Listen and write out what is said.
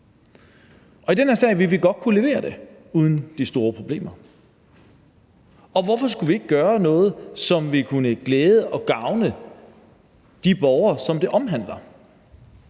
I den her sag ville vi godt kunne levere det uden de store problemer, og hvorfor skulle vi ikke gøre noget, som ville kunne glæde og gavne de borgere, som det omhandler?